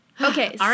Okay